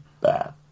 bad